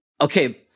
Okay